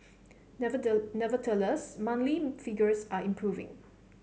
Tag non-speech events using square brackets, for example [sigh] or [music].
[unintelligible] nevertheless monthly figures are improving